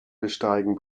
besteigen